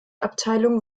abteilung